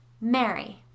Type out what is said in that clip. Mary